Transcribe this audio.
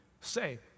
say